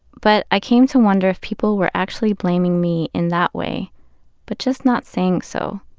but i came to wonder if people were actually blaming me in that way but just not saying so.